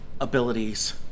abilities